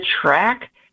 track